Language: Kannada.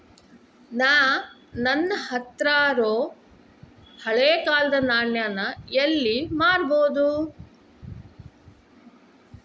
ನಾ ನನ್ನ ಹತ್ರಿರೊ ಹಳೆ ಕಾಲದ್ ನಾಣ್ಯ ನ ಎಲ್ಲಿ ಮಾರ್ಬೊದು?